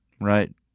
Right